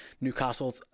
Newcastle